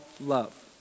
love